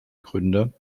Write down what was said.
gründe